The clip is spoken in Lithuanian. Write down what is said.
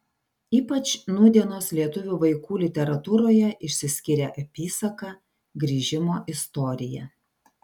ypač nūdienos lietuvių vaikų literatūroje išsiskyrė apysaka grįžimo istorija